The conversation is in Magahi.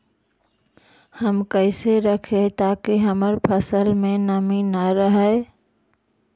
हम कैसे रखिये ताकी हमर फ़सल में नमी न रहै?